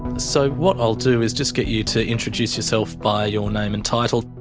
so what i'll do is just get you to introduce yourself by your name and title.